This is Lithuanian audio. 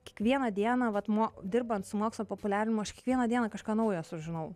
kiekvieną dieną vat mo dirbant su mokslo populiarinimu aš kiekvieną dieną kažką naujo sužinau